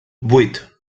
vuit